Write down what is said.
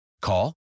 Call